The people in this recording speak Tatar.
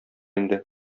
инде